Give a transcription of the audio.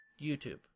YouTube